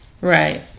right